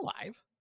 alive